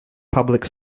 public